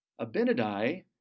Abinadi